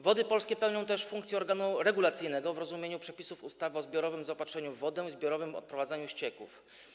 Wody Polskie pełnią też funkcję organu regulacyjnego w rozumieniu przepisów ustawy o zbiorowym zaopatrzeniu w wodę i zbiorowym odprowadzaniu ścieków.